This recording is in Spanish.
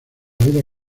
vida